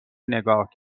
نگاه